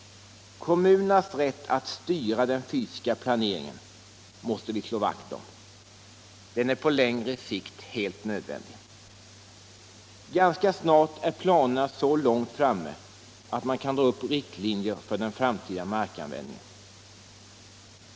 Kommunens rätt att styra den fysiska planeringen måste vi slå vakt om. Den är på längre sikt helt nödvändig. Ganska snart är planerna så långt framme att man kan dra upp riktlinjer för den framtida markanvändningen.